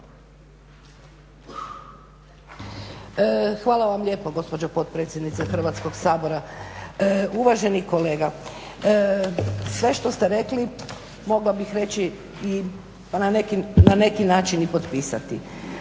Hvala vam lijepo gospođo potpredsjednice Hrvatskog sabora. Uvaženi kolega, sve što ste rekli mogla bih na neki način i potpisati.